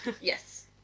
Yes